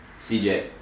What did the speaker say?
CJ